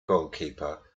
goalkeeper